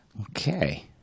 okay